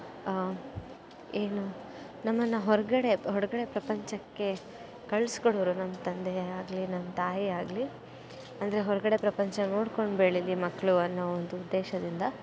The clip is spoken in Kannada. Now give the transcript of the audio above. ಏನು ನಮ್ಮನ್ನು ಹೊರಗಡೆ ಹೊರಗಡೆ ಪ್ರಪಂಚಕ್ಕೆ ಕಳಿಸ್ಕೊಡೊವ್ರು ನಮ್ಮ ತಂದೆ ಆಗಲಿ ನನ್ನ ತಾಯಿಯಾಗಲಿ ಅಂದರೆ ಹೊರಗಡೆ ಪ್ರಪಂಚ ನೋಡ್ಕೊಂಡು ಬೆಳಿಲಿ ಮಕ್ಕಳು ಅನ್ನೋ ಒಂದು ಉದ್ದೇಶದಿಂದ